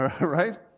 Right